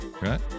right